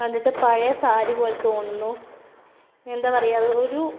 കണ്ടിട്ട് പഴയ സാരി പോലെ തോന്നുന്നു എന്താ പറയുക അത് ഒരു